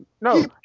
No